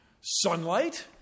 sunlight